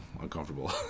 uncomfortable